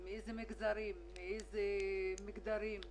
לייצר במקום איזשהו כלי מס שהוא לא